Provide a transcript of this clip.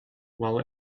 while